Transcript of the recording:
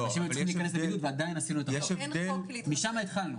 משם התחלנו.